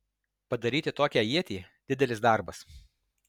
padaryti tokią ietį didelis darbas